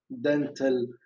dental